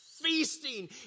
feasting